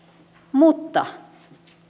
mutta